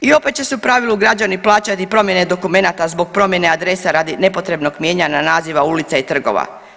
I opet će se u pravili građani plaćati promjene dokumenata zbog promjene adresa radi nepotrebnog mijenjanja naziva ulica i trgova.